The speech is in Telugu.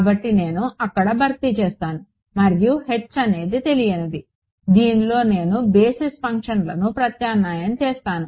కాబట్టి నేను అక్కడ భర్తీ చేస్తాను మరియు H అనేది తెలియనిది దీనిలో నేను బేసిస్ ఫంక్షన్లను ప్రత్యామ్నాయం చేస్తాను